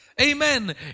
Amen